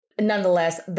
Nonetheless